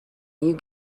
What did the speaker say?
you